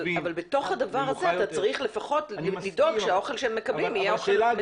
בתוך הדבר הזה אתה צריך לפחות לדאוג שהם מקבלים יהיה אוכל מזין.